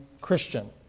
Christian